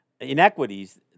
inequities